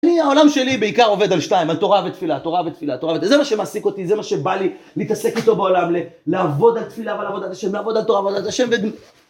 העולם שלי בעיקר עובד על שתיים, על תורה ותפילה. על תורה ותפילה. זה מה שמעסיק אותי. זה מה שבא לי להתעסק איתו בעולם. לעבוד על תפילה ועל עבודת ה' לעבוד על תורה ועל עבודת ה' ו...